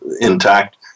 intact